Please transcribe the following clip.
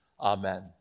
Amen